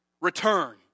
Return